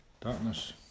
darkness